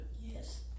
Yes